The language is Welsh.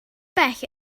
bell